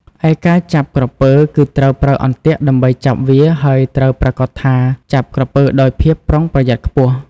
ការចាប់ក្រពើគឺត្រូវប្រើអន្ទាក់ដើម្បីចាប់វា ហើយត្រូវប្រាកដថាចាប់ក្រពើដោយភាពប្រុងប្រយ័ត្នខ្ពស់។